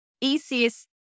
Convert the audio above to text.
easiest